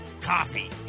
coffee